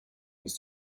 used